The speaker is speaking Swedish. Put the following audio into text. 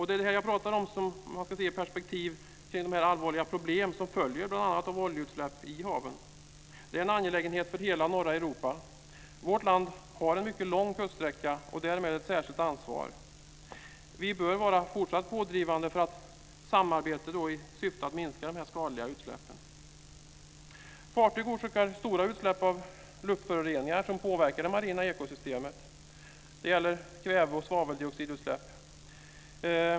Det är i detta perspektiv man ska se de allvarliga problem som följer bl.a. av oljeutsläpp i haven. Det är en angelägenhet för hela norra Europa. Vårt land har en mycket lång kuststräcka och därmed ett särskilt ansvar. Vi bör vara fortsatt pådrivande i samarbetet i syfte att minska de skadliga utsläppen. Fartyg orsakar stora utsläpp av luftföroreningar som påverkar det marina ekosystemet. Det gäller kväve och svaveldioxidutsläpp.